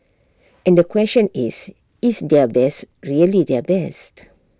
and the question is is their best really their best